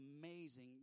amazing